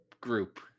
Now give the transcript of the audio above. group